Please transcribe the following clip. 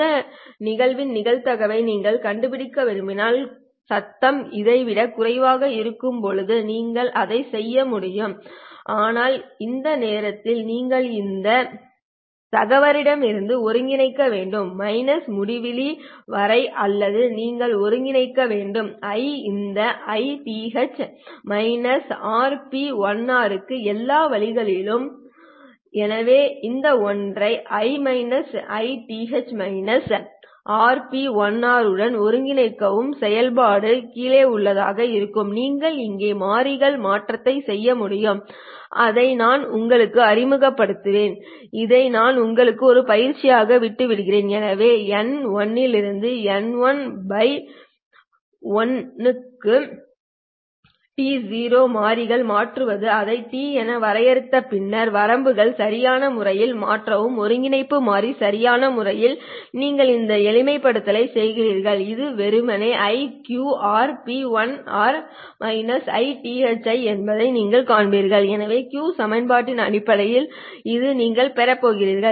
இந்த நிகழ்வின் நிகழ்தகவை நீங்கள் கண்டுபிடிக்க விரும்பினால் சத்தம் இதைவிடக் குறைவாக இருக்கும்போது நீங்கள் அதைச் செய்ய முடியும் ஆனால் இந்த நேரத்தில் நீங்கள் இந்த சகவரிடமிருந்து ஒருங்கிணைக்க வேண்டும் ∞ வரை அல்லது நீங்கள் ஒருங்கிணைக்க வேண்டும் I இந்த Ith RP1r க்கு எல்லா வழிகளிலும் எனவே இந்த ஒன்றை I Ith RP1r உடன் ஒருங்கிணைக்கவும் செயல்பாடு இருக்கும் Ith RP1r12π12e n12212dn1 நீங்கள் இங்கே மாறிகள் மாற்றத்தை செய்ய முடியும் அதை நான் உங்களுக்கு அறிமுகப்படுத்துவேன் இதை நான் உங்களுக்கு ஒரு பயிற்சியாக விட்டுவிடுவேன் எனவே n1 இலிருந்து n1 to1 க்கு மாறிகள் மாற்றுவது அதை t என வரையறுத்து பின்னர் வரம்புகளை சரியான முறையில் மாற்றவும் ஒருங்கிணைப்பு மாறி சரியான முறையில் நீங்கள் இந்த எளிமைப்படுத்தலைச் செய்கிறீர்கள் இது வெறுமனே 1 QRP1r Ith1 என்பதை நீங்கள் காண்பீர்கள் எனவே Q செயல்பாட்டின் அடிப்படையில் இது நீங்கள் பெறப்போகிறது